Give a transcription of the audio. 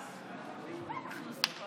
הצעת